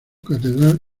catedral